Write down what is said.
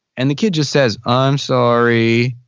and the kid just says, i'm sorry